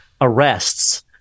arrests